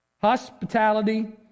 Hospitality